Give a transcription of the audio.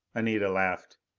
anita laughed.